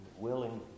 willing